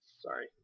sorry